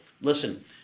listen